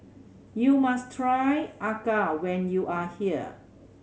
you must try acar when you are here